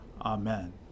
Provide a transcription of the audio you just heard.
Amen